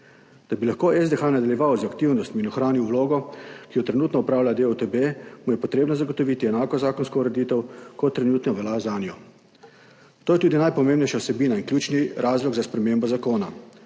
Da bi lahko SDH nadaljeval z aktivnostmi in ohranil vlogo, ki jo trenutno opravlja DUTB, mu je potrebno zagotoviti enako zakonsko ureditev, kot trenutno velja zanjo. To je tudi najpomembnejša vsebina in ključni razlog za spremembo zakona.